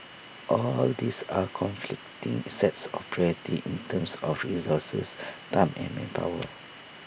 all these are conflicting sets of priority in terms of resources time and manpower